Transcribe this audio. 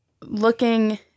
looking